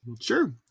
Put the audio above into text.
Sure